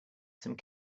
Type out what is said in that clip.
some